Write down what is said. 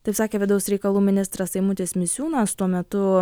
taip sakė vidaus reikalų ministras eimutis misiūnas tuo metu